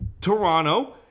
Toronto